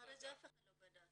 אחרי זה אף אחד לא בדק.